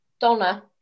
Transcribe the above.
Donna